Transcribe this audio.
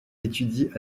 étudie